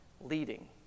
leading